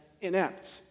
inept